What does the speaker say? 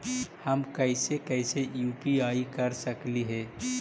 हम कैसे कैसे यु.पी.आई कर सकली हे?